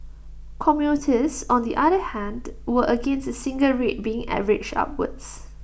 commuters on the other hand were against A single rate being averaged upwards